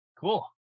cool